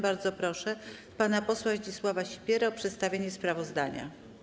Bardzo proszę pana posła Zdzisława Sipierę o przedstawienie sprawozdania.